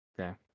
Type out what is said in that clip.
Okay